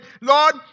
Lord